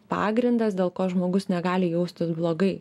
pagrindas dėl ko žmogus negali jaustis blogai